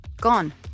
Gone